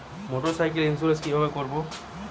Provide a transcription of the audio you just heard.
মোটরসাইকেলের ইন্সুরেন্স কিভাবে করব?